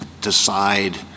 decide